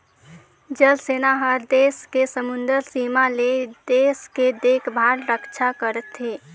जल सेना हर देस के समुदरर सीमा ले देश के देखभाल रक्छा करथे